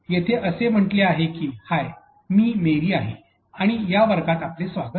येथे असे म्हणले आहे की हाय मी मेरी आहे आणि या वर्गात आपले स्वागत आहे